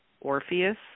Orpheus